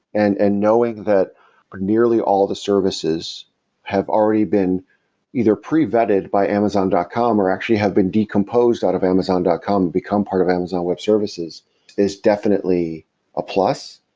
and and knowing that nearly all the services have already been either pre-vetted by amazon dot com, or actually have been decomposed out of amazon dot com become part of amazon web services is definitely a plus.